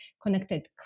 connected